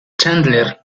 chandler